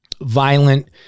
violent